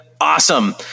awesome